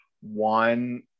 One